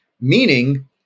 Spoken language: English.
meaning